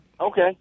Okay